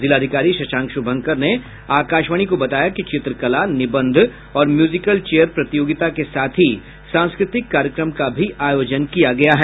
जिलाधिकारी शशांक श्रभंकर ने आकाशवाणी को बताया कि चित्रकला निबंध और म्यूजिकल चेयर प्रतियोगिता के साथ ही सांस्कृतिक कार्यक्रम का भी आयोजन किया गया है